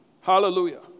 Hallelujah